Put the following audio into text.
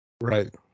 right